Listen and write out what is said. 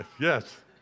Yes